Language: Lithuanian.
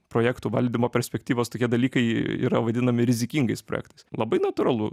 projektų valdymo perspektyvos tokie dalykai yra vadinami rizikingais projektais labai natūralu